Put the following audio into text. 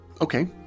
Okay